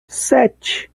sete